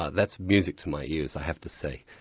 ah that's music to my ears, i have to say.